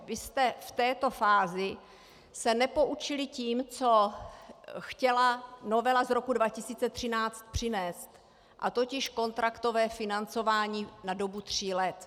Vy jste v této fázi se nepoučili tím, co chtěla novela z roku 2013 přinést, totiž kontraktové financování na dobu tří let.